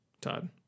Todd